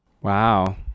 Wow